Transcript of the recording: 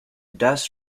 dust